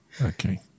okay